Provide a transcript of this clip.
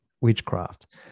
witchcraft